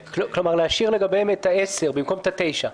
כלומר, להשאיר לגביהן את ה-10 במקום את ה-9.